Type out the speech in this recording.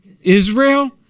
Israel